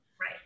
Right